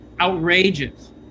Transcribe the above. outrageous